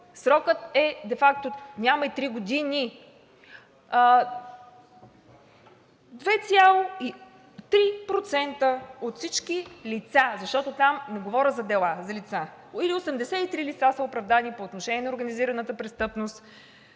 Срокът де факто няма и три години – 2,3% от всички лица. Защото там не говоря за дела, а за лица или 83 лица са оправдани по отношение на организираната престъпност